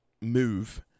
move